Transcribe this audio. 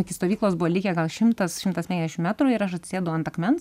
iki stovyklos buvo likę gal šimtas šimtas penkiasdešim metrų ir aš atsisėdau ant akmens